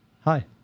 Hi